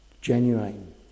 genuine